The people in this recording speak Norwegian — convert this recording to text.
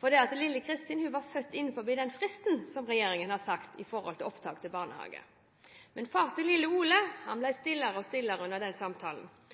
for lille Kristin var født innenfor den fristen som regjeringen har satt for opptak til barnehage. Men far til lille Ole ble stillere og stillere under samtalen